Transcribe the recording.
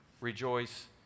Rejoice